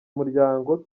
umuryango